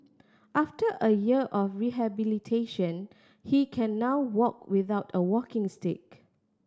after a year of rehabilitation he can now walk without a walking stick